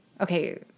okay